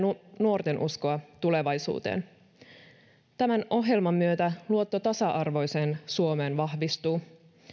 nuorten uskoa tulevaisuuteen tämän ohjelman myötä luotto tasa arvoiseen suomeen vahvistuu